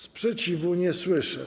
Sprzeciwu nie słyszę.